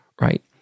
right